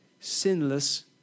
sinless